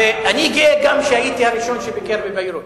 ואני גאה, גם, שהייתי הראשון שביקר בביירות.